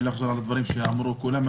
אני לא אחזור על הדברים שאמרו כולם,